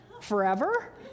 forever